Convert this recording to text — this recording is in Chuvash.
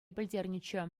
пӗлтернӗччӗ